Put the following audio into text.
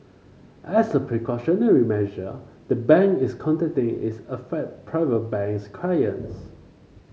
as a precautionary measure the bank is contacting its affect Private Banks clients